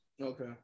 Okay